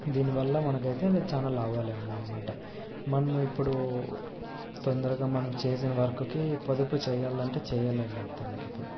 దీని వల్ల మనకు అయితే చాలా లాభాలే ఉన్నాయన్నమాట మనము ఇప్పుడు తొందరగా మనము చేసిన వర్కుకి పొదుపు చెయ్యాలంటే చెయ్యలేం మొత్తానికిప్పుడు